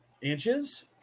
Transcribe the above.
inches